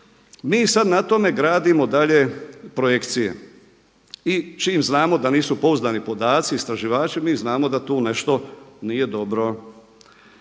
mi sada na tome gradimo dalje projekcije. I čim znamo da nisu pouzdani podaci istraživači mi znamo da tu nešto nije dobro.